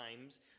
times